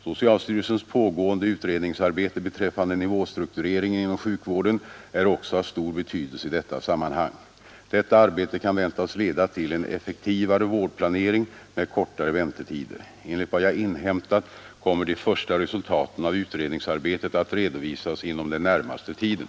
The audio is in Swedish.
Socialstyrelsens pågående utredningsarbete beträffande nivåstruktureringen inom sjukvården är också av stor betydelse i detta sammanhang. Detta arbete kan väntas leda till en effektivare vårdplanering med kortare väntetider. Enligt vad jag inhämtat kommer de första resultaten av utredningsarbetet att redovisas inom den närmaste tiden.